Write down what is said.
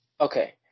Okay